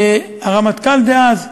הרמטכ"ל דאז,